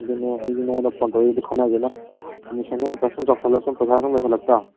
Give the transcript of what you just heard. ꯑꯗꯨꯅꯦ ꯑꯩꯁꯨ ꯅꯪꯉꯣꯟꯗ ꯐꯣꯟ ꯇꯧꯔꯛꯏꯁꯤ ꯈꯟꯅꯒꯦꯅ ꯑꯦꯗꯃꯤꯁꯟꯅꯒ ꯁꯨꯝ ꯆꯥꯎꯁꯤꯜꯂꯛ ꯁꯨꯝ ꯄꯩꯁꯥꯅ ꯁꯨꯝ ꯂꯩꯁꯤꯜꯂꯛꯇ